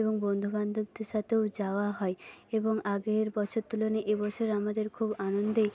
এবং বন্ধুবান্ধবদের সাথেও যাওয়া হয় এবং আগের বছর তুলনায় এবছর আমাদের খুব আনন্দেই